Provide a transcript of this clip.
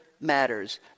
matters